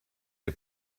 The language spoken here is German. ihr